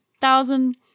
thousand